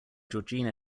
georgina